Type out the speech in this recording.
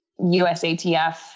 USATF